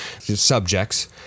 subjects